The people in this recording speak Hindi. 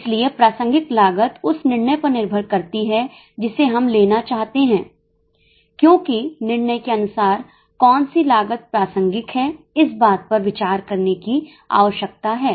इसलिए प्रासंगिक लागत उस निर्णय पर निर्भर करती है जिसे हम लेना चाहते हैं क्योंकि निर्णय के अनुसार कौन सी लागत प्रासंगिक है इस बात पर विचार करने की आवश्यकता है